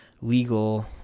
legal